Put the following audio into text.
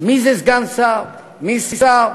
מי זה סגן שר, מי שר.